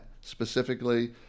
specifically